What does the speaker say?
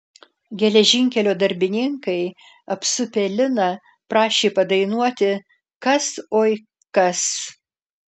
geležinkelio darbininkai apsupę liną prašė padainuoti kas oi kas